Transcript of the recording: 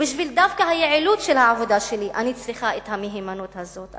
ודווקא בשביל היעילות של העבודה שלי אני צריכה את המהימנות הזאת,